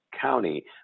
County